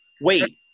Wait